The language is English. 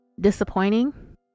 disappointing